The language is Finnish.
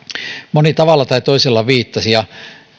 moni tavalla tai toisella viittasi